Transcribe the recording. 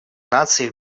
наций